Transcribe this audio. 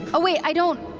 oh wait, i don't,